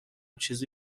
چیزی